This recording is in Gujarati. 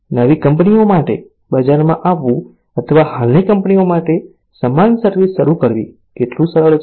નવી કંપનીઓ માટે બજારમાં આવવું અથવા હાલની કંપનીઓ માટે સમાન સર્વિસ શરૂ કરવી કેટલું સરળ છે